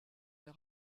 der